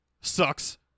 sucks